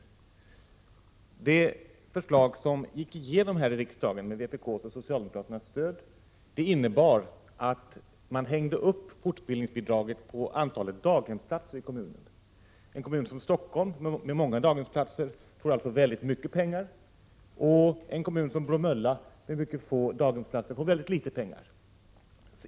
Det förslag som gick igenom här i riksdagen med vpk:s och socialdemokraternas stöd innebar att man hängde upp fortbildningsbidraget på antalet daghemsplatser i kommunen. En kommun som Stockholm, med många daghemsplatser, får alltså mycket pengar, och en kommun som Bromölla, med få daghemsplatser, får mycket litet pengar.